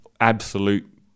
absolute